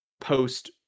post